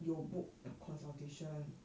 有 book consultation